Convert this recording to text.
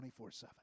24-7